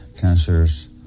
cancers